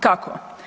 Kako?